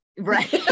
right